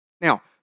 Now